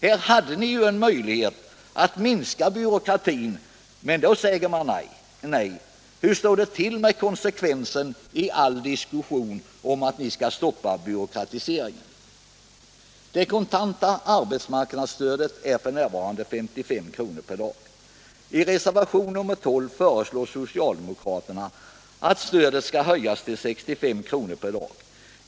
Här hade ni ju en möjlighet att minska byråkratin, men då säger ni nej. Hur står det till med konsekvensen i all diskussion om att ni skall stoppa byråkratiseringen? Det kontanta arbetsmarknadsstödet uppgår f.n. till 55 kr. per dag. I reservationen 12 föreslår socialdemokraterna att stödet skall höjas till 65 kr. per dag.